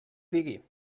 digui